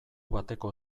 bateko